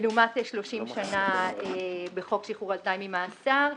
לעומת 30 שנה בחוק שחרור על תנאי ממאסר,